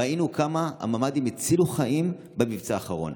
ראינו כמה הממ"דים הצילו חיים במבצע האחרון.